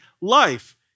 life